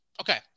Okay